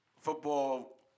football